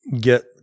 get